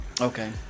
okay